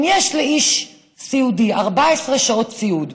אם יש לאיש סיעודי 14 שעות סיעוד,